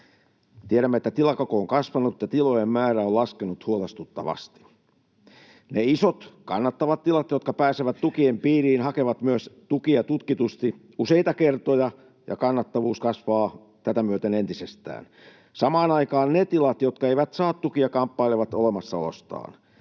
Tiedämme, että tilakoko on kasvanut mutta tilojen määrä on laskenut huolestuttavasti. Ne isot kannattavat tilat, jotka pääsevät tukien piiriin, hakevat myös tukia tutkitusti useita kertoja, ja kannattavuus kasvaa tätä myöten entisestään. Samaan aikaan ne tilat, jotka eivät saa tukia, kamppailevat olemassaolostaan.